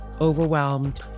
overwhelmed